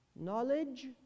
Knowledge